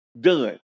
done